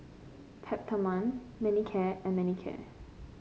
Peptamen Manicare and Manicare